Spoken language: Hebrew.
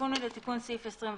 התיקון הוא לתיקון סעיף 23: